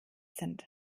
sind